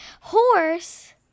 horse